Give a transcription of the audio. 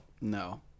No